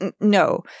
No